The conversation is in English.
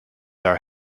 our